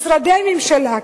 אגיד משרדי ממשלה,